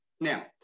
now